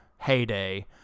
heyday